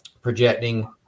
projecting